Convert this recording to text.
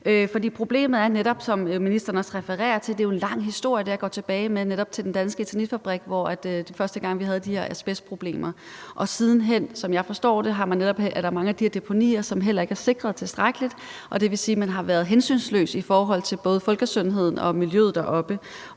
Problemet er netop, som ministeren også refererer til, at det jo er en lang historie. Det her går netop tilbage til Dansk Eternit Fabrik, hvor vi første gang havde de her asbestproblemer. Siden hen, som jeg forstår det, er der mange af de her deponier, som heller ikke er sikret tilstrækkeligt, og det vil sige, at man har været hensynsløse i forhold til både folkesundheden og miljøet deroppe,